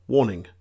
Warning